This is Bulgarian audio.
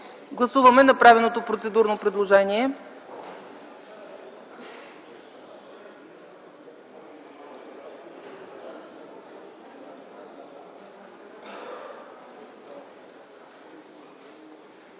гласуване направеното процедурно предложение